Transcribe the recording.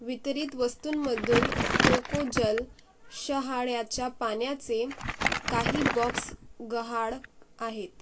वितरित वस्तूंमधून कोकोजल शहाळ्याच्या पाण्याचे काही बॉक्स गहाळ आहेत